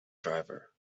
driver